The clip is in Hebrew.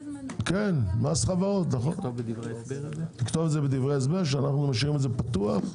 כתוב את זה בדברי ההסבר שאנו משאירים את זה פתוח.